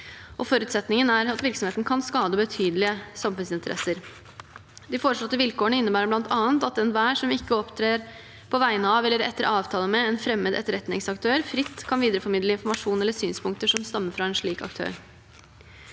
Forutsetningen er at virksomheten kan skade betydelige samfunnsinteresser. De foreslåtte vilkårene innebærer bl.a. at enhver som ikke opptrer på vegne av eller etter avtale med en fremmed etterretningsaktør, fritt kan videreformidle informasjon eller synspunkter som stammer fra en slik aktør.